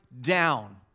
down